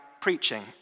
preaching